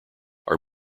are